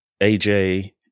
AJ